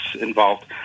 involved